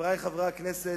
חברי חברי הכנסת,